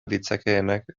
ditzakeenak